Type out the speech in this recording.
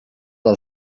del